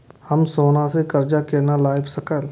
हम सोना से कर्जा केना लाय सकब?